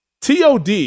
TOD